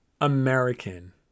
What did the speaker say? American